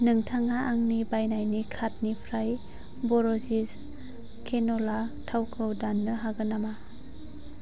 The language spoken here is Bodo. नोंथाङा आंनि बायनायनि कार्टनिफ्राय ब'रजिस केन'ला थावखौ दान्नो हागोन नामा